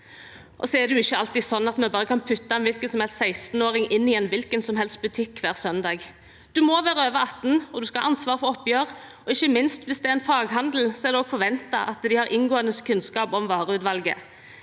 seg. Det er ikke alltid sånn at vi bare kan putte en hvilken som helst 16åring inn i en hvilken som helst butikk hver søndag. Man må være over 18 år, man skal ha ansvar for oppgjør, og, ikke minst, hvis det er en faghandel, er det også forventet at man har inngående kunnskap om vareutvalget.